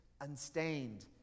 unstained